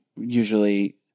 usually